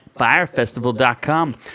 Firefestival.com